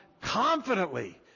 confidently